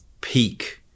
peak